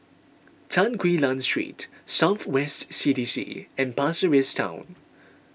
Tan Quee Lan Street South West C D C and Pasir Ris Town